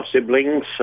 siblings